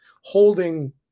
holding